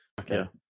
Okay